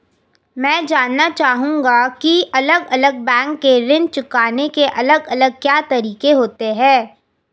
मैं जानना चाहूंगा की अलग अलग बैंक के ऋण चुकाने के अलग अलग क्या तरीके होते हैं?